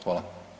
Hvala.